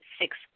Six